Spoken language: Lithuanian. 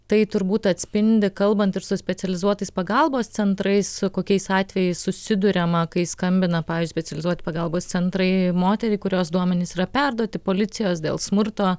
tai turbūt atspindi kalbant ir su specializuotais pagalbos centrais su kokiais atvejais susiduriama kai skambina pavyzdžiui specializuoti pagalbos centrai moterį kurios duomenys yra perduoti policijos dėl smurto